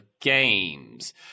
games